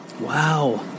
Wow